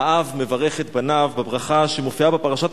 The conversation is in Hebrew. האב מברך את בניו בברכה שמופיעה בפרשת